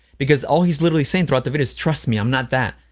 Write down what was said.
because all he's literally saying throughout the video is trust me, i'm not that,